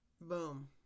boom